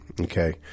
okay